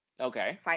Okay